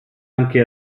anche